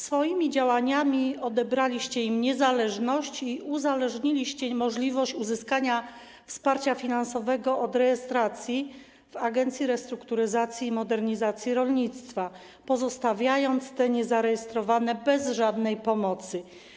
Swoimi działaniami odebraliście im niezależność i uzależniliście możliwość uzyskania wsparcia finansowego od rejestracji w Agencji Restrukturyzacji i Modernizacji Rolnictwa, pozostawiając te niezarejestrowane bez żadnej pomocy.